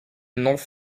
north